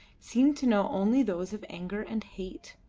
seemed to know only those of anger and hate.